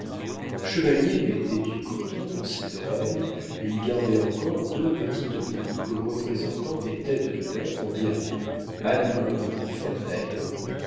le chevalier mettait du coton dans ses oreilles et y gardait encore deux petites boucles représentant des têtes de nègre en diamants admirablement faites d'ailleurs